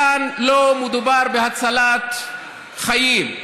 כאן לא מדובר בהצלת חיים,